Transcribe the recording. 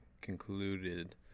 concluded